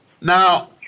Now